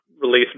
release